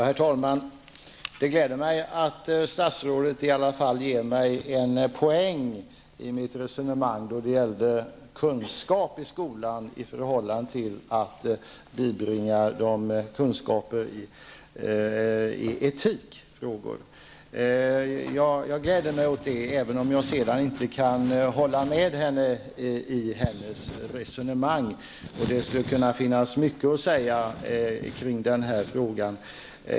Herr talman! Det gläder mig att statsrådet i alla fall ger mig en poäng här. Det gäller då mitt resonemang om kunskaperna i skolämnen i förhållande till detta med att bibringa eleverna kunskaper i etikfrågor. Jag gläds alltså, även om jag inte kan ansluta mig till statsrådets resonemang. Egentligen finns det mycket att säga i den här frågan.